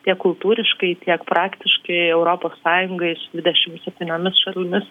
tiek kultūriškai tiek praktiškai europos sąjungai su dvidešimt septyniomis šalimis